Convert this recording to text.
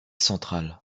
centrale